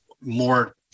more